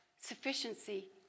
sufficiency